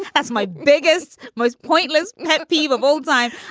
that's my biggest, most pointless pet peeve of all time.